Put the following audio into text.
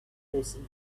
person